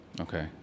Okay